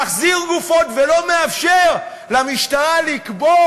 מחזיר גופות ולא מאפשר למשטרה לקבור,